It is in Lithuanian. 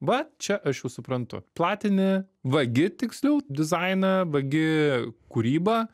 va čia aš jau suprantu platini vagi tiksliau dizainą vagi kūrybą